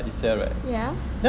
ya